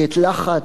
תהיה בעיה,